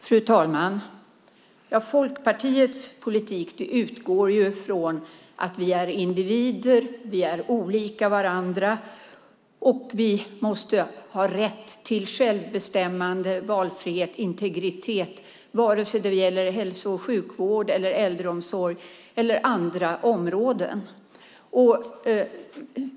Fru talman! Folkpartiets politik utgår ifrån att vi är individer. Vi är olika varandra, och vi måste ha rätt till självbestämmande, valfrihet och integritet vare sig det gäller hälso och sjukvård, äldreomsorg eller andra områden.